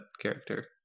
character